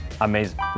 Amazing